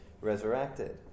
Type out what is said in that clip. resurrected